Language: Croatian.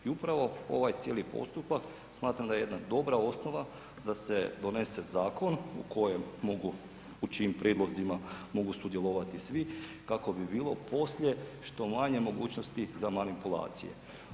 I upravo ovaj cijeli postupak smatram da je jedna dobra osnova da se donese zakon u kojem mogu u čijim prijedlozima mogu sudjelovati svi kako bi bilo poslije što manje mogućnosti za manipulacije.